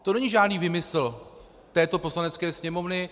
To není žádný výmysl této Poslanecké sněmovny.